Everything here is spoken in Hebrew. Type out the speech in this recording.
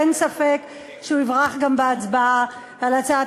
ואין ספק שהוא יברח גם בהצבעה על הצעת